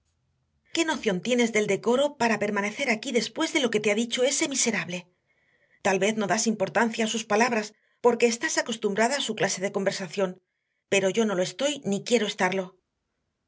qué noción tienes del decoro para permanecer aquí después de lo que te ha dicho ese miserable tal vez no das importancia a sus palabras porque estás acostumbrada a su clase de conversación pero yo no lo estoy ni quiero estarlo